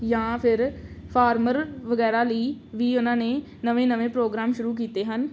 ਜਾਂ ਫਿਰ ਫਾਰਮਰ ਵਗੈਰਾ ਲਈ ਵੀ ਉਹਨਾਂ ਨੇ ਨਵੇਂ ਨਵੇਂ ਪ੍ਰੋਗਰਾਮ ਸ਼ੁਰੂ ਕੀਤੇ ਹਨ